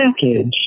package